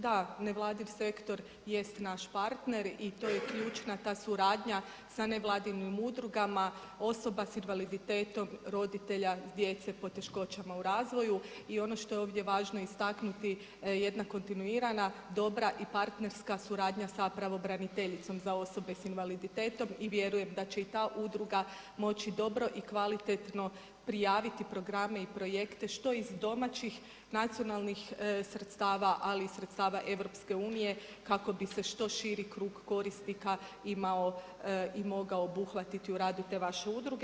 Da, nevladin sektor jest naš partner i to je ključna ta suradnja sa nevladinim udrugama osoba s invaliditetom roditelja djece s poteškoćama u razvoju i ono što je ovdje važno istaknuti, jedna kontinuirana, dobra i partnerska suradnja zapravo pravobraniteljice za osobe sa invaliditetom i vjerujem da će i ta udruga moći dobro i kvalitetno prijaviti programe i projekte, što iz domaćih nacionalnih sredstava ali i sredstava EU-a kako bi se što šiti krug korisnika imao i mogu obuhvatiti u radu te vaše udruge.